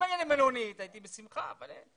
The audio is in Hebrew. אם הייתה לי מלונית, הייתי בשמחה, אבל אין.